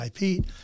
IP